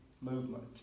movement